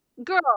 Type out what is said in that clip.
Girl